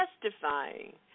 testifying